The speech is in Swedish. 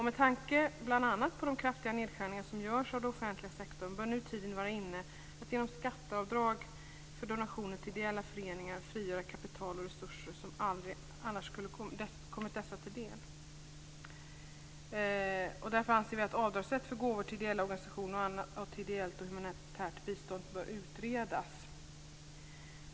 Med tanke på bl.a. de kraftiga nedskärningar som görs av den offentliga sektorn bör nu tiden vara inne för att frigöra kapital och resurser, genom skatteavdrag för donationer till ideella föreningar, som annars aldrig skulle ha kommit dessa föreningar till del. Därför anser vi att avdragsrätt för gåvor till ideella organisationer och till ideellt och humanitärt bistånd bör utredas.